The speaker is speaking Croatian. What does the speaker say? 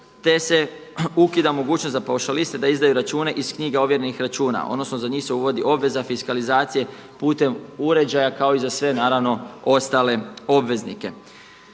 te se ukida mogućnost za paušaliste da izdaju račune iz knjiga ovjerenih računa odnosno za njih se uvodi obveza fiskalizacije putem uređaja kao i za sve naravno ostale obveznike.